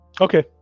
Okay